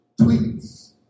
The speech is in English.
tweets